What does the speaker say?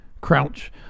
Crouch